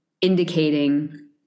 indicating